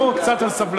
רק שמור קצת על סבלנותך.